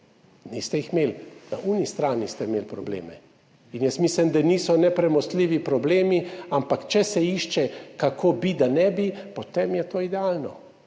niste jih imeli. Na tisti strani ste imeli probleme. Jaz mislim, da niso nepremostljivi problemi, ampak če se išče, kako bi, da ne bi, potem je to idealno.